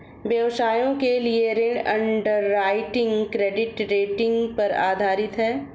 व्यवसायों के लिए ऋण अंडरराइटिंग क्रेडिट रेटिंग पर आधारित है